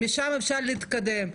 משם אפשר להתקדם,